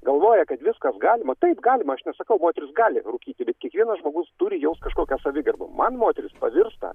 galvoja kad viskas galima taip galima aš nesakau moteris gali rūkyti bet kiekvienas žmogus turi jaust kažkokią savigarbą man moteris pavirsta